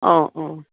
অঁ অঁ